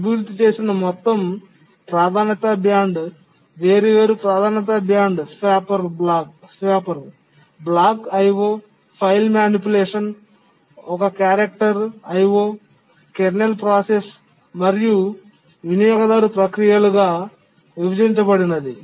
అభివృద్ధి చేసిన మొత్తం ప్రాధాన్యతా బ్యాండ్ వేర్వేరు ప్రాధాన్యతా బ్యాండ్ల swapper block IO file manipulation ఒక character IO కెర్నల్ ప్రాసెస్ మరియు వినియోగదారు ప్రక్రియలు గా విభజించబడినది